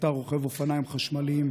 נפטר רוכב אופניים חשמליים,